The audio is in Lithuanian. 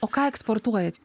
ką eksportuojat